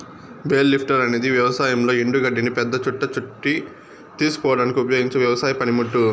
bale lifter అనేది వ్యవసాయంలో ఎండు గడ్డిని పెద్ద చుట్ట చుట్టి తీసుకుపోవడానికి ఉపయోగించే వ్యవసాయ పనిముట్టు